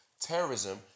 Terrorism